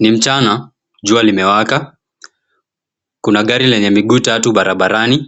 Ni mchana:jua limewaka. Kuna gari lenye miguu tatu barabarani,